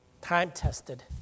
time-tested